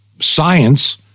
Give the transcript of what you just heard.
science